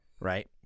right